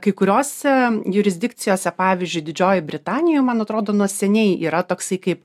kai kuriose jurisdikcijose pavyzdžiui didžiojoj britanijoj man atrodo nuo seniai yra toks kaip